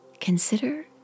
consider